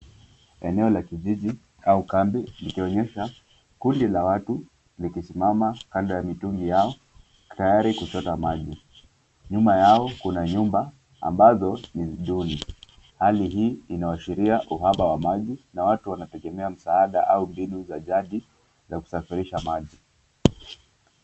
Eneo la kijiji au kambi ikionyesha kundi la watu likisimama kando ya mitungi yao tayari kuchota maji. Nyuma yao kuna nyumba ambazo ni duni. Hali hii inaashiria uhaba wa maji na watu wanategemea msaada au mbinu za jadi za kusafirisha maji.